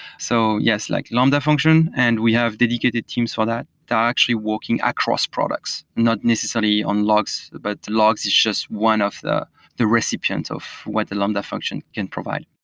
so, yes, like lambda function, and we have dedicated teams for that that are actually working across products, not necessarily on logs, but logs is just one of the the recipient of what the lambda function can provide.